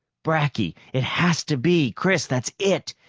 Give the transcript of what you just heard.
bracky it has to be! chris, that's it.